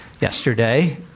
yesterday